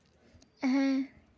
ᱦᱮᱸ